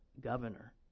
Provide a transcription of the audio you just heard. governor